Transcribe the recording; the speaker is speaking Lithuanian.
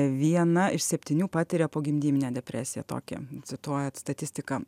viena iš septynių patiria pogimdyvinę depresiją tokią cituojat statistiką